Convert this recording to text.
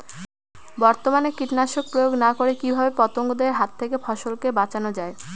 বর্তমানে কীটনাশক প্রয়োগ না করে কিভাবে পতঙ্গদের হাত থেকে ফসলকে বাঁচানো যায়?